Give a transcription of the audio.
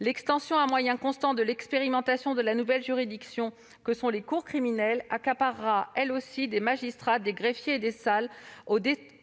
L'extension, à moyens constants, de l'expérimentation de la nouvelle juridiction que sont les cours criminelles accaparera elle aussi des magistrats, des greffiers et des salles, au détriment